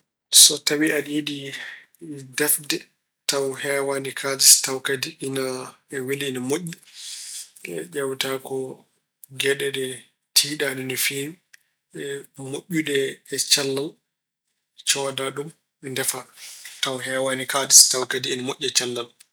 So tawi aɗa yiɗi defde taw heewaani kaalis taw kadi ina weli, ine moƴƴi. Ƴeewata ko geɗe ɗe tiiɗaani no feewi, moƴƴuɗe e cellal, cooda ɗum defa. Tawa heewaani kaalis tawa kadi ine moƴƴi e cellal.